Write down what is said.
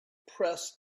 press